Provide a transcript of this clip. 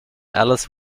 alice